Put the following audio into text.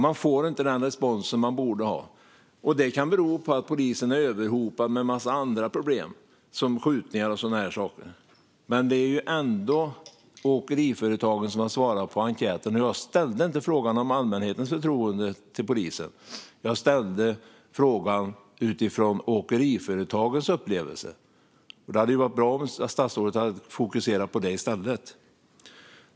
De får inte den respons de borde få, och det kan bero på att polisen är överhopad med en massa andra problem som skjutningar och sådant. Jag ställde inte frågan om allmänhetens förtroende för polisen, utan jag ställde frågan utifrån åkeriföretagens upplevelse, och det är åkeriföretagen som har svarat på enkäten. Det hade varit bra om statsrådet hade fokuserat på det i stället.